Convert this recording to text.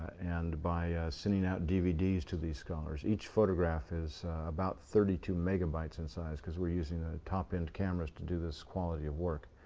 and by sending out dvds to these scholars. each photograph is about thirty two megabytes in size, because we're using the top end cameras to do this quality of work.